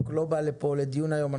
אבל הוא לא בא לפה לדיון היום,